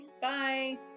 Bye